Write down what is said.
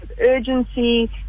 urgency